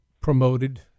promoted